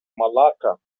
malacca